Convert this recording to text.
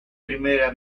primera